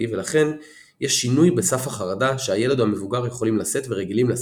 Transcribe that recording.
ולכן יש שינוי בסף החרדה שהילד או המבוגר יכולים לשאת ורגילים לשאת,